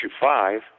five